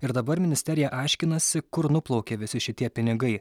ir dabar ministerija aiškinasi kur nuplaukė visi šitie pinigai